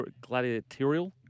gladiatorial